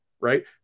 Right